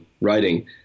writing